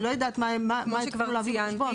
כמו שכבר ציינתי,